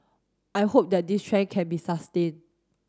I hope that this trend can be sustained